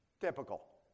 Typical